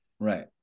Right